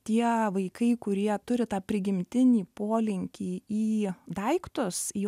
tie vaikai kurie turi tą prigimtinį polinkį į daiktus į